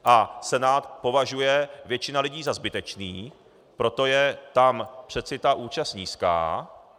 A Senát považuje většina lidí za zbytečný, proto je tam přeci ta účast nízká.